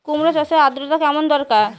কুমড়ো চাষের আর্দ্রতা কেমন দরকার?